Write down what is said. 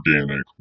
Organic